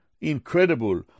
incredible